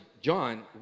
John